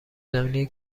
زمینی